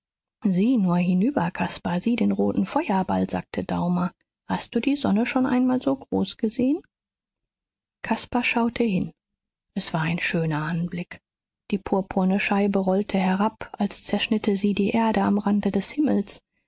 sieh nur hinüber caspar sieh den roten feuerball sagte daumer hast du die sonne schon einmal so groß gesehen caspar schaute hin es war ein schöner anblick die purpurne scheibe rollte herab als zerschnitte sie die erde am rand des himmels